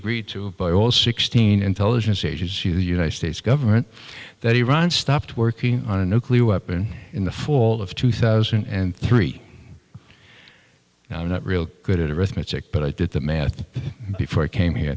agreed to by all sixteen intelligence agencies of the united states government that iran stopped working on a nuclear weapon in the fall of two thousand and three i'm not real good at arithmetic but i did the math before i came here